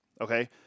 okay